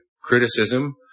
criticism